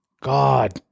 God